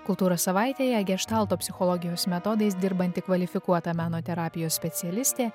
kultūros savaitėje geštalto psichologijos metodais dirbanti kvalifikuota meno terapijos specialistė